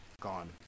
gone